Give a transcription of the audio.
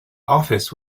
office